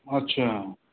अच्छा